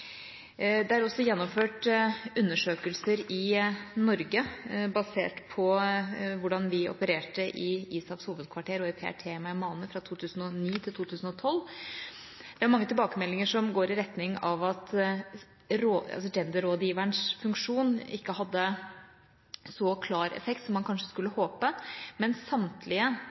Det er også gjennomført undersøkelser i Norge basert på hvordan vi opererte i ISAFs hovedkvarter og i PRT Meymaneh fra 2009 til 2012. Det er mange tilbakemeldinger som går i retning av at genderrådgiverens funksjon ikke hadde så klar effekt som man kanskje skulle håpe, men samtlige